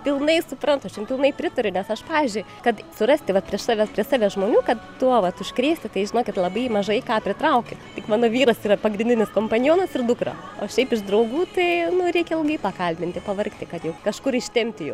pilnai suprantu aš jum pilnai pritariu nes aš pavyzdžiui kad surasti vat prieš save prie savęs žmonių kad tuo vat užkrėsti tai žinokit labai mažai ką pritrauki tik mano vyras yra pagrindinis kompanionas ir dukra o šiaip iš draugų tai nu reikia ilgai pakalbinti pavargti kad jau kažkur ištempti jų